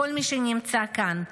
כל מי שנמצא כאן.